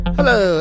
Hello